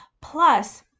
Plus